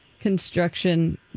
construction